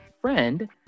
friend